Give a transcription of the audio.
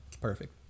perfect